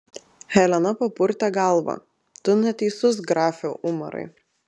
helena papurtė galvą tu neteisus grafe umarai